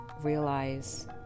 realize